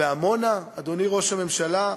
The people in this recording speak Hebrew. ועמונה, אדוני ראש הממשלה,